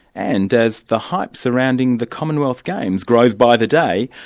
and as the hype surrounding the commonwealth games grows by the day,